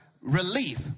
relief